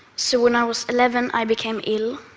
so when i was eleven, i became ill.